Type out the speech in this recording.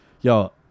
yo